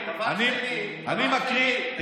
אני מקריא.